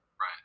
Right